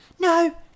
No